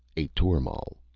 a tormal.